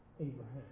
Abraham